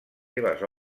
seves